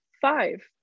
five